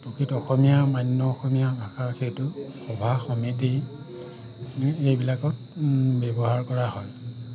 প্ৰকৃত অসমীয়া মান্য অসমীয়া ভাষা সেইটো সভা সমিতি এইবিলাকত ব্যৱহাৰ কৰা হয়